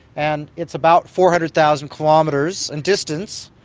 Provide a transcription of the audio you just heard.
and it's about four hundred thousand kilometres in distance,